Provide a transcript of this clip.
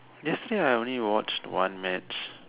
yesterday I only watched one match